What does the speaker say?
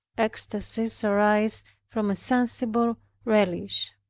ecstacies arise from a sensible relish.